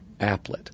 applet